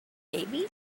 baby